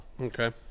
Okay